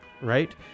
right